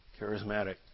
charismatic